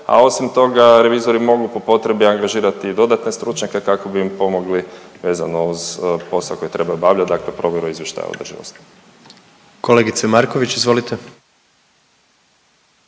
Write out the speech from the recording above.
A osim toga revizori mogu po potrebi angažirati i dodatne stručnjake kako bi im pomogli vezano uz posao koji trebaju obavljati, dakle provjeru izvještaja održivosti. **Jandroković, Gordan